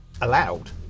allowed